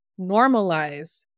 normalize